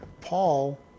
Paul